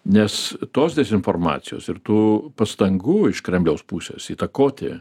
nes tos dezinformacijos ir tų pastangų iš kremliaus pusės įtakoti